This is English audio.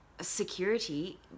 Security